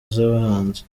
z’abahanzi